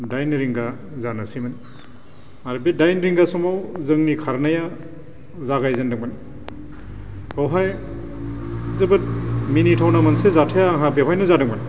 दाइन रिंगा जानोसैमोन आरो बे दाइन रिंगा समाव जोंनि खारनाया जागायजेन्दोंमोन बेवहाय जोबोद मिनिथावना मोनसे जाथाया आंहा बेवहायनो जादोंमोन